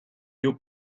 you